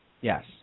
Yes